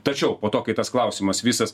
tačiau po to kai tas klausimas visas